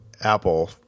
Apple